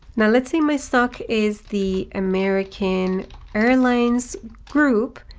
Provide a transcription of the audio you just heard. now let's say my stock is the american airlines group.